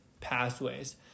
pathways